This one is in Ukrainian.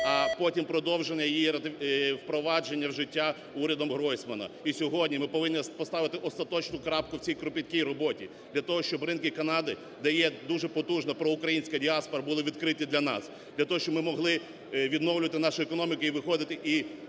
а потім продовжено її впровадження в життя урядом Гройсмана. І сьогодні ми повинні поставити остаточну крапку в цій кропіткій роботі для того, щоб ринки Канади, де є дуже потужна проукраїнська діаспора, були відкриті для нас для того, щоб ми могли відновлювати нашу економіку і виходити на нові